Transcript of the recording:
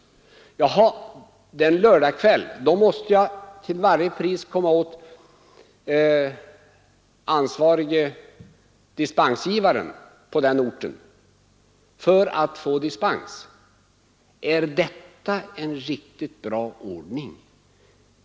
Trots att det är en lördagskväll måste han till varje pris komma i kontakt med den ansvarige dispensgivaren på orten för att få dispens. Är detta en riktigt bra ordning?